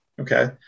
Okay